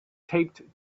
taped